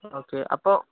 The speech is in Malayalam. ഓക്കെ അപ്പോള്